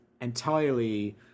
entirely